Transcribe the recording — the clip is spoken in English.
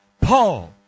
Paul